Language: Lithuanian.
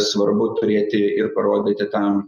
svarbu turėti ir parodyti tam